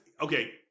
okay